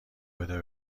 بده